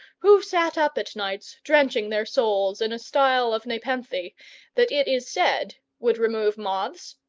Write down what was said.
who sat up at nights drenching their souls in a style of nepenthe that it is said would remove moths,